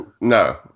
No